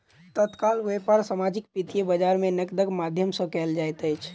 तत्काल व्यापार सामाजिक वित्तीय बजार में नकदक माध्यम सॅ कयल जाइत अछि